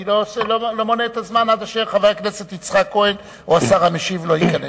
אני לא מונה את הזמן עד אשר חבר הכנסת יצחק כהן או השר המשיב ייכנס.